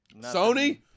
Sony